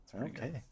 Okay